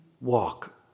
walk